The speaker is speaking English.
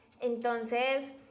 Entonces